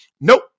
Nope